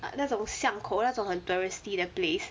uh 那种巷口那种很 touristy 的 place